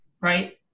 right